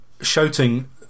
shouting